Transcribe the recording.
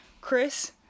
Chris